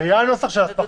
היה נוסח של אסמכתה.